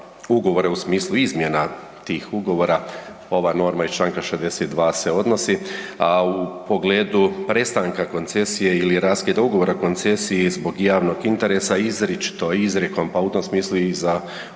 ugovore u smislu izmjena tih ugovora ova norma iz Članka 62. se odnosi, a u pogledu prestanka koncesije ili raskida ugovora koncesije i zbog javnog interesa izričito izrijekom pa u tom smislu i za uvaženog